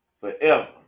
forever